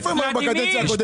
איפה הם היו בקדנציה הקודמת?